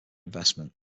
investment